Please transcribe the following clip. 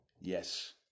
Yes